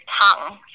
tongue